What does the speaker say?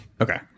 okay